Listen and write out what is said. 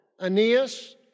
Aeneas